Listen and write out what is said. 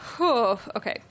Okay